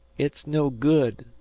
it's no good,